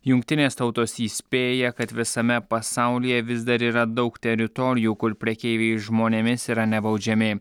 jungtinės tautos įspėja kad visame pasaulyje vis dar yra daug teritorijų kur prekeiviai žmonėmis yra nebaudžiami